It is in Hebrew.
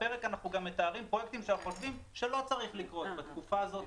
אנחנו מתארים בפרק פרויקטים שאנחנו עושים שלא צריך לקרות בתקופה הזאת,